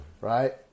Right